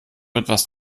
etwas